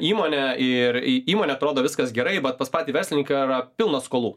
įmonę ir įmonė atrodo viskas gerai bet pas patį verslininką yra pilna skolų